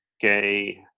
gay